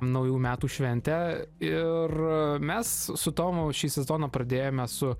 naujų metų šventę ir mes su tomu šį sezoną pradėjome su